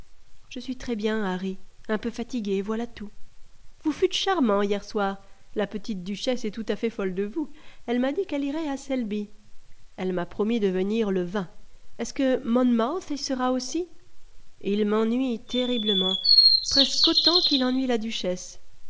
je suis très bien harry un peu fatigué voilà tout vous fûtes charmant hier soir la petite duchesse est tout à fait folle de vous elle m'a dit qu'elle irait à selby elle m'a promis de venir le vingt est-ce que monmouth y sera aussi il m'ennuie terriblement presque autant qu'il ennuie la duchesse